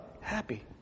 happy